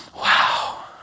wow